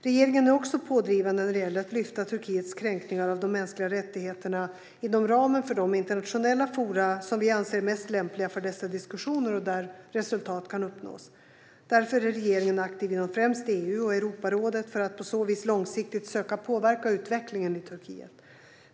Regeringen är också pådrivande när det gäller att lyfta fram Turkiets kränkningar av de mänskliga rättigheterna inom ramen för de internationella forum som vi anser mest lämpliga för dessa diskussioner och där resultat kan uppnås. Därför är regeringen aktiv inom främst EU och Europarådet för att på så vis långsiktigt söka påverka utvecklingen i Turkiet.